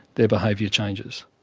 their behaviour changes.